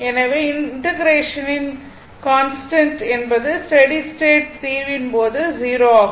எனவே இன்டெக்ரேஷனின் கான்ஸ்டன்ட் என்பது ஸ்டெடி ஸ்டேட் தீர்வின் போது 0 ஆகும்